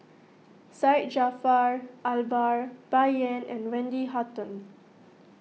Syed Jaafar Albar Bai Yan and Wendy Hutton